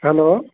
hello